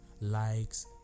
likes